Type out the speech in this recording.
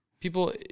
People